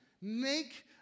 make